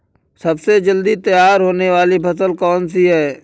सबसे जल्दी तैयार होने वाली फसल कौन सी है?